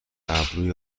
ابروی